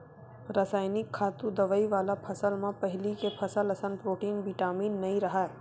रसइनिक खातू, दवई वाला फसल म पहिली के फसल असन प्रोटीन, बिटामिन नइ राहय